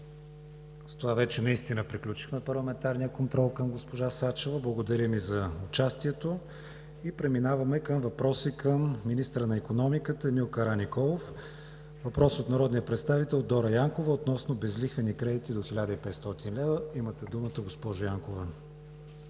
С това вече наистина приключихме парламентарния контрол към госпожа Сачева. Благодаря Ви за участието. Преминаваме към въпроси към министъра на икономиката Емил Караниколов. Въпрос от народния представител Дора Янкова относно безлихвени кредити до 1500 лв. Имате думата, госпожо Янкова.